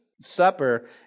Supper